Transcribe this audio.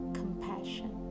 compassion